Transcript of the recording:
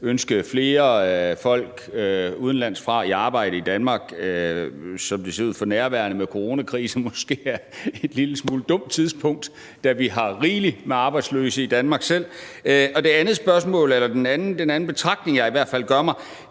ønske flere folk udenlands fra i arbejde i Danmark, som det ser ud for nærværende med coronakrisen, er en lille smule dumt, da vi har rigeligt med arbejdsløse i Danmark selv. Den anden betragtning, jeg i hvert fald gør mig,